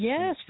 Yes